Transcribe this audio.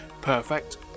perfect